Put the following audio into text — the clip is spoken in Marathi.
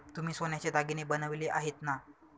तुम्ही सोन्याचे दागिने बनवले आहेत ना?